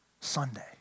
Sunday